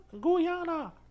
Guyana